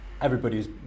everybody's